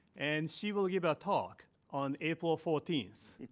and she will give a talk, on april fourteenth,